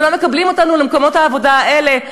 ולא מקבלים אותנו למקומות העבודה האלה.